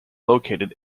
located